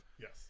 Yes